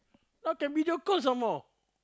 now can video call some more